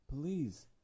Please